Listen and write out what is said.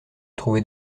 trouver